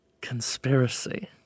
conspiracy